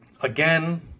again